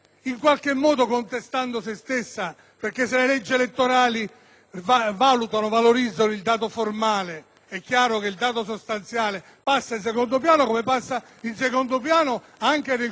elettorali valorizzano il dato formale è chiaro che il dato sostanziale passa in secondo piano, come passa in secondo piano anche nel corso e nel corpo delle nostre elezioni nazionali.